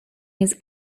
his